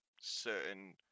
certain